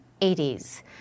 80s